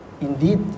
indeed